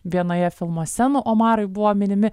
vienoje filmo scenų omarai buvo minimi